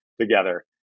together